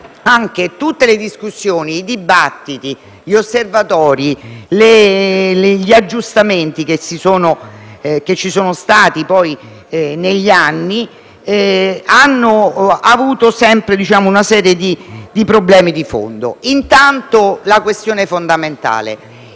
anche tutte le discussioni, i dibattiti, gli osservatori e gli aggiustamenti che ci sono stati negli anni hanno evidenziato sempre una serie di problemi di fondo. La questione fondamentale